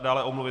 Dále omluvy.